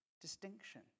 distinction